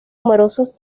numerosos